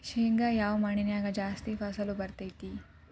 ಶೇಂಗಾ ಯಾವ ಮಣ್ಣಿನ್ಯಾಗ ಜಾಸ್ತಿ ಫಸಲು ಬರತೈತ್ರಿ?